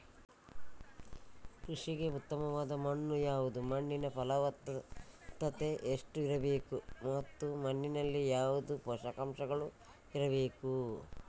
ಕೃಷಿಗೆ ಉತ್ತಮವಾದ ಮಣ್ಣು ಯಾವುದು, ಮಣ್ಣಿನ ಫಲವತ್ತತೆ ಎಷ್ಟು ಇರಬೇಕು ಮತ್ತು ಮಣ್ಣಿನಲ್ಲಿ ಯಾವುದು ಪೋಷಕಾಂಶಗಳು ಇರಬೇಕು?